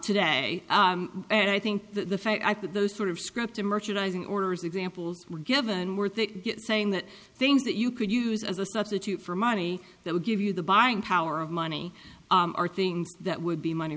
today and i think the fact that those sort of scripted merchandising orders examples were given were saying that things that you could use as a substitute for money that would give you the buying power of money or things that would be money